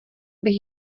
bych